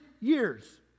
years